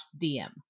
DM